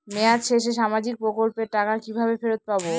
মেয়াদ শেষে সামাজিক প্রকল্পের টাকা কিভাবে ফেরত পাবো?